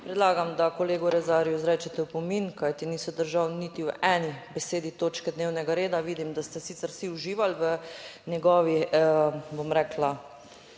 predlagam, da kolegu Rezarju izrečete opomin, kajti ni se držal niti v eni besedi točke dnevnega reda. Vidim, da ste sicer vsi uživali v njegovi, bom rekla,